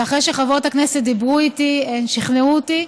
ואחרי שחברות הכנסת דיברו איתי הן שכנעו אותי,